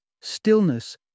stillness